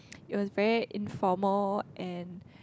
it was very informal and